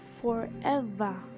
forever